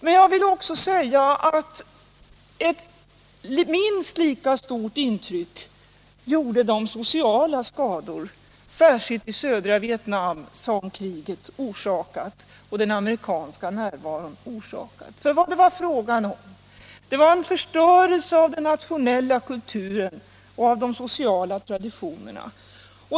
Men jag vill också säga att ett minst lika djupt intryck gjorde de skador — särskilt i södra Vietnam — som kriget och den amerikanska närvaron orsakat. Vad det var frågan om var en förstörelse av den nationella kulturen och av de sociala traditionerna.